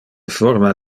forma